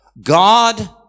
God